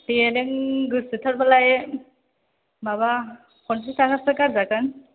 दे नों गोसोथार बालाय माबा फन्सास थाखासो गारजागोन